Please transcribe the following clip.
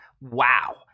wow